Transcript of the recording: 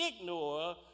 ignore